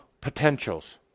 potentials